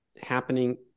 happening